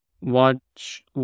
watch